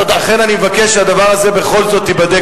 לכן אני מבקש שהדבר הזה בכל זאת ייבדק,